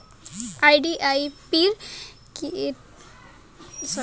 UPI টা কেমন করি মোবাইলত সেট করিম?